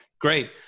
Great